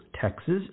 Texas